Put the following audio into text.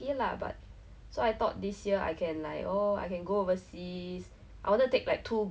sometimes I just like tell myself !aiya! 不要想了 lah 不会发生的 lah it's like